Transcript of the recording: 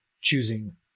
choosing